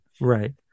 Right